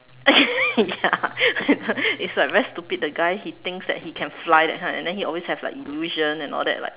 okay ya it's like very stupid the guy he thinks that he can fly that kind then he always have like illusion and all that like